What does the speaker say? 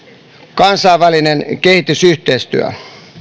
kansainvälinen kehitysyhteistyö